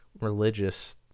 religious